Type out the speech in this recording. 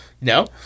No